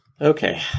Okay